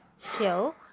show